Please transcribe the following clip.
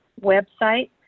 website